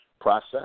process